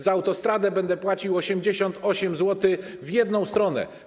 Za autostradę będę płacił 88 zł w jedną stronę.